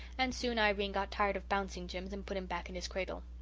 and soon irene got tired of bouncing jims and put him back in his cradle.